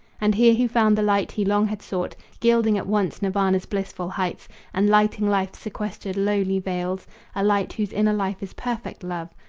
and here he found the light he long had sought, gilding at once nirvana's blissful heights and lighting life's sequestered, lowly vales a light whose inner life is perfect love,